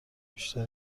بیشتر